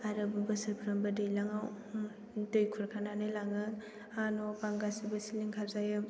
आरो बोसोरफ्रोमबो दैलाङाव दै खुरखानानै लाङो हा न' बां गासैबो सिलिंखार जायो